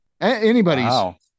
anybody's